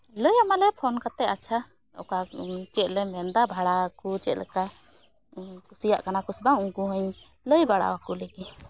ᱞᱟᱹᱭᱟᱢᱟ ᱞᱮ ᱯᱷᱳᱱ ᱠᱟᱛᱮ ᱟᱪᱪᱷᱟ ᱚᱠᱟ ᱪᱮᱫ ᱞᱮ ᱢᱮᱱᱫᱟ ᱵᱷᱟᱲᱟ ᱠᱚ ᱪᱮᱫᱞᱮᱠᱟ ᱠᱩᱥᱤᱭᱟᱜ ᱠᱟᱱᱟ ᱠᱚᱥᱮ ᱵᱟᱝ ᱩᱱᱠᱩ ᱦᱚᱧ ᱞᱟᱹᱭ ᱵᱟᱲᱟᱣᱟᱠᱚ ᱞᱮᱜᱮ